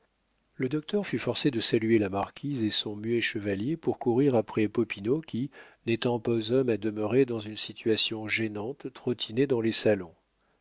le docteur fut forcé de saluer la marquise et son muet chevalier pour courir après popinot qui n'étant pas homme à demeurer dans une situation gênante trottinait dans les salons